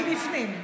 מבפנים,